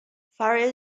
fares